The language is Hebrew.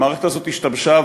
המערכת הזאת השתבשה,